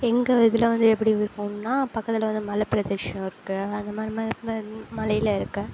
எங்கள் இதில் வந்து எப்படி விருப்பம்னால் பக்கத்தில் வந்து மலை பிரதேஷம் இருக்குது அந்த மலையில் இருக்க